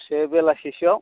दसे बेलासिसोआव